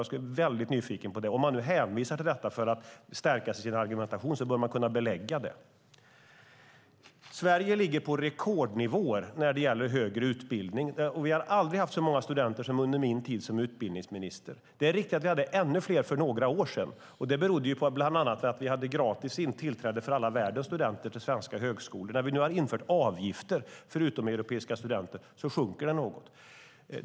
Jag är väldigt nyfiken på den. Om man hänvisar till något för att stärka sin argumentation bör man kunna belägga det. Sverige ligger på rekordnivåer när det gäller högre utbildning. Vi har aldrig haft så många studenter som under min tid som utbildningsminister. Det är riktigt att vi hade ännu fler för några år sedan. Det berodde bland annat på att vi hade gratis tillträde för all världens studenter till svenska högskolor. När vi nu har infört avgifter för utomeuropeiska studenter sjunker antalet något.